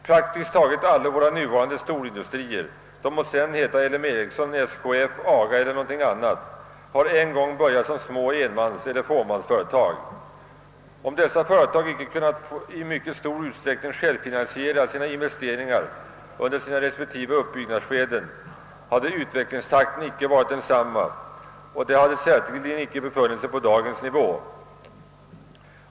Praktiskt taget alla våra nuvarande storindustrier — de må heta L M Ericsson, SKF, AGA eller något annat — har en gång börjat som små enmanseller tvåmansföretag, Om dessa företag under sina uppbyggnadsskeden icke i mycket stor utsträckning kunnat självfinansiera sina investeringar, hade utvecklingstakten icke varit densamma, och de hade säkerligen icke befunnit sig på dagens nivå.